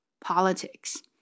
Politics